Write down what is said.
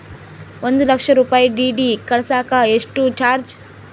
ಒಂದು ಲಕ್ಷ ರೂಪಾಯಿ ಡಿ.ಡಿ ಕಳಸಾಕ ಎಷ್ಟು ಚಾರ್ಜ್?